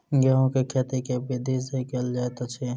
गेंहूँ केँ खेती केँ विधि सँ केल जाइत अछि?